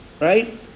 right